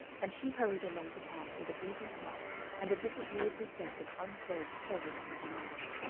and she hurried along the path with a beating heart and a disagreeable sense of unsolved problems in her mind.